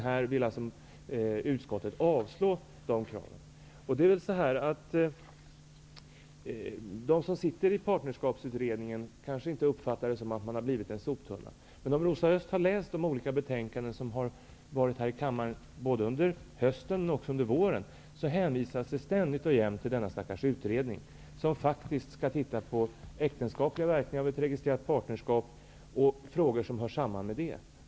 Här vill alltså utskottet att de kraven skall avslås. De som sitter i partnerskapsutredningen kanske inte uppfattar sig som en soptunna. Men i alla de betänkanden som har varit uppe till debatt i kammaren i höst och i våras hänvisas ständigt och jämt till denna stackars utredning. Utredningen skall se över äktenskapliga verkningar av ett registrerat partnerskap och frågor som hör samman med det.